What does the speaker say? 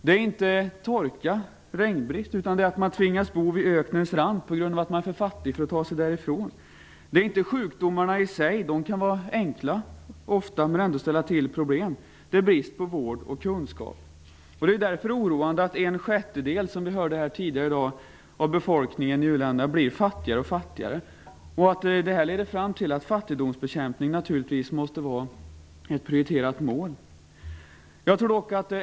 Det är inte torka och regnbrist som är problemet, utan det är att människor tvingas bo vid öknens rand på grund av att de är för fattiga för att ta sig därifrån. Det är inte sjukdomarna i sig som utgör ett problem, de kan vara enkla att bota men ändå ställa till problem, utan det är brist på vård och kunskap. Det är därför oroande att en sjättedel - som vi hörde här tidigare i dag - av befolkningen i uländerna blir fattigare och fattigare. Detta leder fram till att fattigdomsbekämpning naturligtvis måste vara ett prioriterat mål.